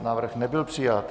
Návrh nebyl přijat.